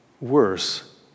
worse